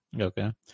Okay